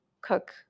cook